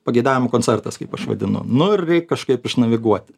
pageidavimų koncertas kaip aš vadinu nu ir reik kažkaip išnaviguoti